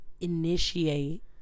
initiate